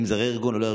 אם זה רה-ארגון או לא,